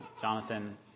Jonathan